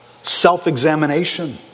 self-examination